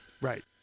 Right